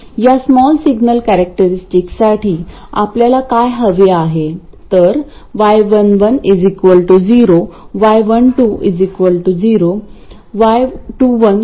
या small signal कॅरेक्टरस्टिकसाठी आपल्याला काय हवे आहे तर y11 0 y12 0 y21 खूप मोठे आणि y22 0